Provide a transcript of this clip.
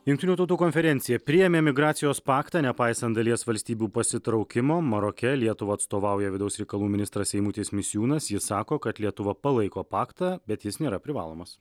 jungtinių tautų konferencija priėmė migracijos paktą nepaisant dalies valstybių pasitraukimo maroke lietuvą atstovauja vidaus reikalų ministras eimutis misiūnas jis sako kad lietuva palaiko paktą bet jis nėra privalomas